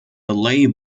lay